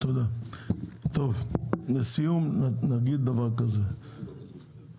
לסיום אני אומר שאנחנו